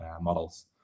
models